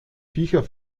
viecher